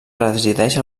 presideix